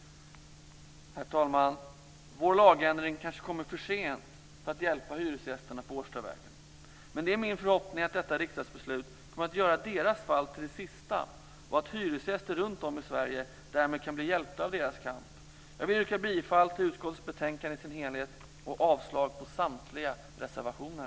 Herr talman! Vår lagändring kanske kommer för sent för att hjälpa hyresgästerna på Årstavägen, men det är min förhoppning att detta riksdagsbeslut kommer att göra deras fall till det sista och att hyresgäster runtom i Sverige därmed kan bli hjälpta av deras kamp. Jag vill yrka bifall till utskottets förslag i dess helhet och avslag på samtliga reservationer.